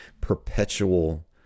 perpetual